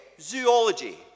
zoology